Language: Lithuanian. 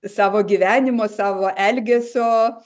savo gyvenimo savo elgesio